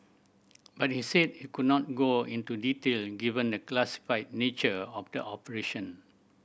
but he said he could not go into detail given the classified nature of the operation